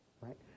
right